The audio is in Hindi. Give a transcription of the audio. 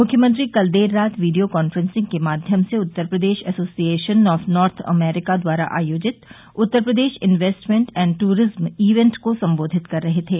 मुख्यमंत्री कल देर रात वीडियो कांफ्रेंसिंग के माध्यम से Uttar Pradesh association of north America द्वारा आयोजित Uttar Pradesh investment and tourism event को संबोधित कर रहे थे